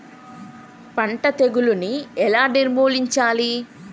పంట తెగులుని ఎలా నిర్మూలించాలి?